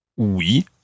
Oui